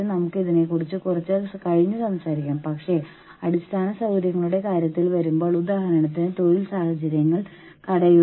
stock ഉടമസ്ഥാവകാശ പദ്ധതികൾക്ക് ഒരു അപകടസാധ്യതയുണ്ട്